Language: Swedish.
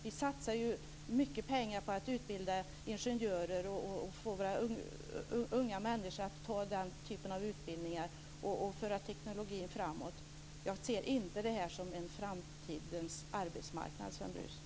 Vi satsar mycket pengar på att utbilda ingenjörer och på att förmå våra unga människor att välja den typen av utbildningar och föra teknologin framåt. Jag ser inte detta som framtidens arbetsmarknad, Sven Brus.